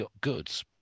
goods